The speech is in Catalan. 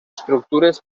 estructures